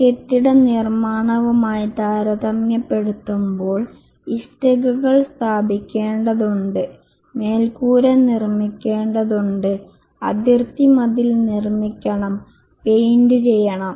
ഒരു കെട്ടിടനിർമ്മാണവുമായി താരതമ്യപ്പെടുത്തുമ്പോൾ ഇഷ്ടികകൾ സ്ഥാപിക്കേണ്ടതുണ്ട് മേൽക്കൂര നിർമ്മിക്കേണ്ടതുണ്ട് അതിർത്തി മതിൽ നിർമ്മിക്കണം പെയിന്റ് ചെയ്യണം